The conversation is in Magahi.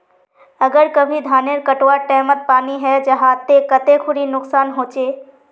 अगर कभी धानेर कटवार टैमोत पानी है जहा ते कते खुरी नुकसान होचए?